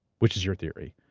which is your theory,